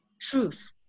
truth